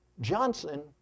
Johnson